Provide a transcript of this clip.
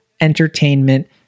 Entertainment